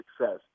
success